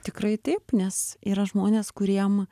tikrai taip nes yra žmonės kuriem